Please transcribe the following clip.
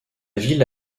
ville